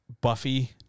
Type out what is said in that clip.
Buffy